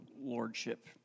Lordship